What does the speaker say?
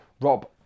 Rob